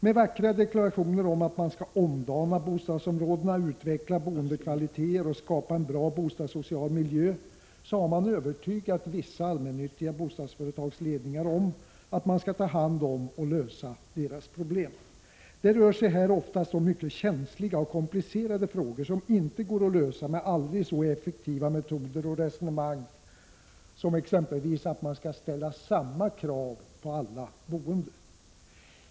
Med vackra deklarationer om att man skall omdana bostadsområdena, utveckla boendekvaliteter och skapa en bra bostadssocial miljö har man övertygat vissa allmännyttiga bostadsföretags ledningar om att man skall ta hand om och lösa deras problem. Det rör sig här oftast om mycket känsliga och komplicerade frågor som inte går att lösa med aldrig så effektiva metoder och resonemang, t.ex. när det gäller att man skall ställa samma krav på alla boende.